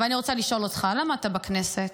אבל אני רוצה לשאול אותך: למה אתה בכנסת?